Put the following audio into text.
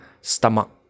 stomach